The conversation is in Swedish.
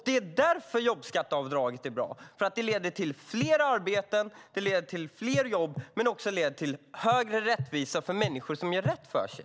Det är därför jobbskatteavdraget är bra: Det leder till fler arbeten, det leder till fler jobb och det leder till större rättvisa för människor som gör rätt för sig.